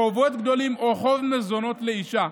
חובות גדולים או חוב מזונות לאישה.